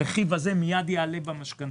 הרכיב הזה מיד יעלה במשכנתאות.